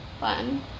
fun